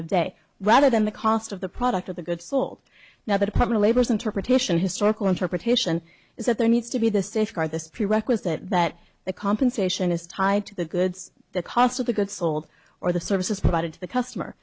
of day rather than the cost of the product of the goods sold now the department labors interpretation historical interpretation is that there needs to be the safeguard this prerequisite that the compensation is tied to the goods the cost of the goods sold or the services provided to the customer